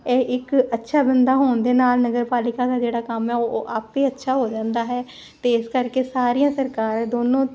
ਇਹ ਇੱਕ ਅੱਛਾ ਬੰਦਾ ਹੋਣ ਦੇ ਨਾਲ ਨਗਰ ਪਾਲਿਕਾ ਦਾ ਜਿਹੜਾ ਕੰਮ ਹੈ ਉਹ ਆਪੇ ਹੀ ਅੱਛਾ ਹੋ ਜਾਂਦਾ ਹੈ ਤੇ ਇਸ ਕਰਕੇ ਸਾਰੀਆਂ ਸਰਕਾਰ ਦੋਨੋਂ